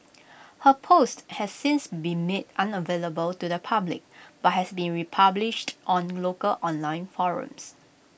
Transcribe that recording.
her post has since been made unavailable to the public but has been republished on local online forums